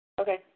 Okay